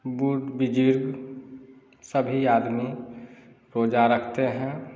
बुर्द बुज़ुर्ग सभी आदमी रोज़ा रखते हैं